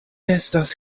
estas